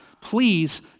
please